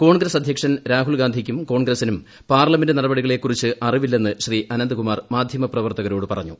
കോൺഗ്ഗസ് അധ്യക്ഷൻ രാഹുൽ ഗാന്ധിക്കും കോൺഗ്രസിനും പാർലമെന്റ് നെട്ടപടികളെ കുറിച്ച് അറിവില്ലെന്ന് ശ്രീ അനന്ത് കുമാർ മാധ്യമൃ പ്രവർത്തകരോട് പറഞ്ഞു